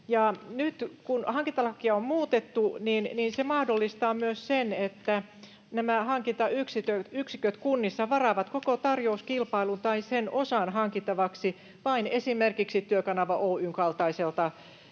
nyt kun hankintalakia on muutettu, niin se mahdollistaa myös sen, että nämä hankintayksiköt kunnissa varaavat koko tarjouskilpailun tai sen osan hankittavaksi vain esimerkiksi Työkanava Oy:n kaltaiselta